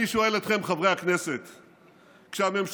אני שואל אתכם,